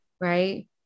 Right